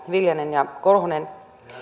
viljanen ja korhonen